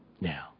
Now